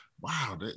wow